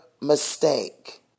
mistake